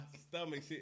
stomach